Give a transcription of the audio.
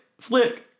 Flick